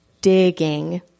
digging